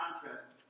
contrast